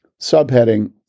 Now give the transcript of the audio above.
Subheading